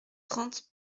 trente